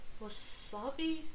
Wasabi